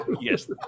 Yes